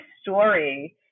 story